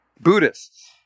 Buddhists